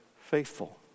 faithful